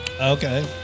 Okay